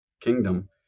kingdom